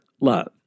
love